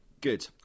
good